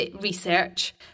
research